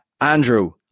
Andrew